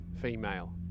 female